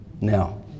Now